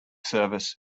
service